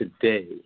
today